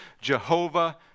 Jehovah